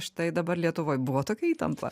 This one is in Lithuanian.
štai dabar lietuvoj buvo tokia įtampa